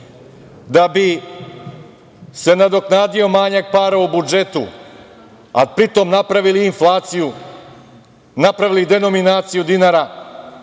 da bi se nadoknadio manjak para u budžetu, a pri tom napravili inflaciju, napravili denominaciju dinara?